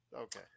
Okay